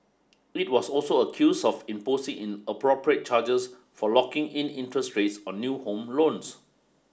it was also accuse of imposing inappropriate charges for locking in interest rates on new home loans